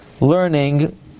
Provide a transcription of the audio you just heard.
learning